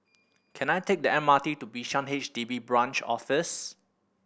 can I take the M R T to Bishan H D B Branch Office